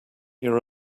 your